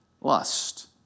lust